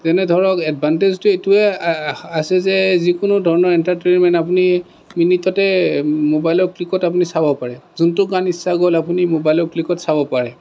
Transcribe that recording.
যেনে ধৰক এডভানটেজটো এইটোৱেই আছে যে যিকোনো ধৰণৰ এণ্টাৰ্টেইনমেণ্ট আপুনি মিনিটতে মোবাইলৰ ক্লিকত আপুনি চাব পাৰে যোনটো গান ইচ্ছা গ'ল আপুনি মোবাইলৰ ক্লিকত চাব পাৰে